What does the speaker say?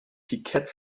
tickets